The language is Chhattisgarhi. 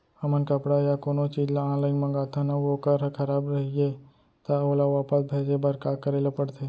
हमन कपड़ा या कोनो चीज ल ऑनलाइन मँगाथन अऊ वोकर ह खराब रहिये ता ओला वापस भेजे बर का करे ल पढ़थे?